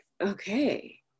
Okay